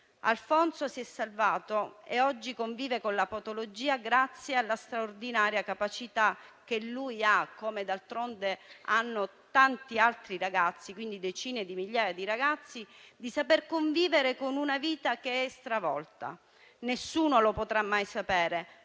Alfonso si è salvato e oggi convive con la patologia grazie alla straordinaria capacità che lui ha (come ce l'hanno decine di migliaia di ragazzi) di saper convivere con una vita che è stravolta. Nessuno lo potrà mai sapere,